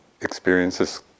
experiences